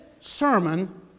sermon